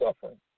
suffering